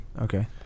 okay